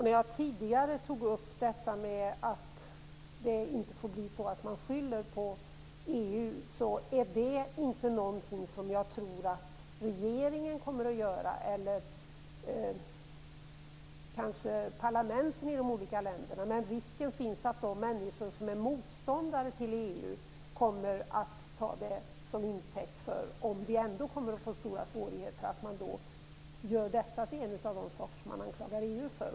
När jag tidigare tog upp att det inte får bli så att man skyller på EU är det inte någonting som jag tror att regeringen kommer att göra eller parlamenten i de olika länderna. Men risken finns att de människor som är motståndare till EU gör detta, om vi ändå kommer att få svårigheter, till en av de saker som de anklagar EU för.